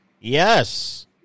Yes